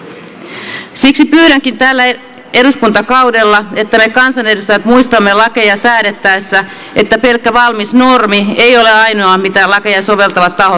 siksi pyydänkin että tällä eduskuntakaudella me kansanedustajat muistamme lakeja säädettäessä että pelkkä valmis normi ei ole ainoa mitä lakeja soveltavat tahot tarvitsevat